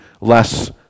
less